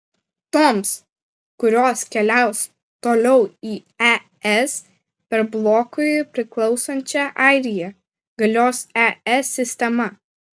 toms kurios keliaus toliau į es per blokui priklausančią airiją galios es sistema